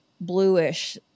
bluish